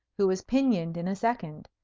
who was pinioned in a second.